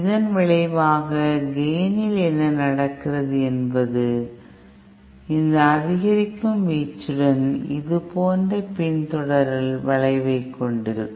இதன் விளைவாக கேய்ன் இல் என்ன நடக்கிறது என்பது இந்த அதிகரிக்கும் வீச்சுடன் இது போன்ற பின்தொடர்தல் வளைவைக் கொண்டிருக்கும்